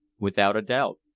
without a doubt.